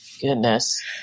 goodness